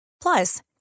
Plus